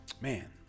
man